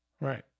Right